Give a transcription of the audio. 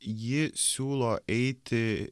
ji siūlo eiti